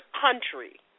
country